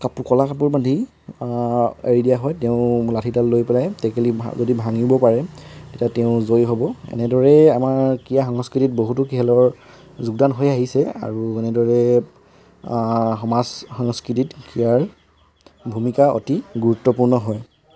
কাপোৰ ক'লা কাপোৰ পিন্ধি এৰি দিয়া হয় তেওঁ লাঠিডাল লৈ পেলাই টেকেলি ভা যদি ভাঙিব পাৰে তেতিয়া তেওঁ জয়ী হ'ব এনেদৰেই আমাৰ ক্ৰীড়া সংস্কৃতিত বহুতো খেলৰ যোগদান হৈ আহিছে আৰু এনেদৰে সমাজ সংস্কৃতিত ক্ৰীড়াৰ ভূমিকা অতি গূৰুত্বপূৰ্ণ হয়